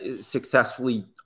successfully